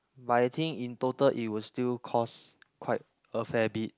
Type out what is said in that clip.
but I think in total it was still cost quite a fair bit